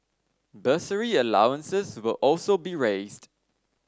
bursary allowances will also be raised